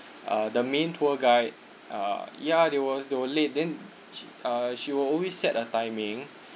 uh the main tour guide uh yeah they was they were late then she uh she were always set a timing